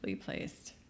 placed